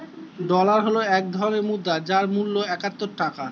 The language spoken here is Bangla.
ডলার হল এক ধরনের মুদ্রা যার মূল্য একাত্তর টাকা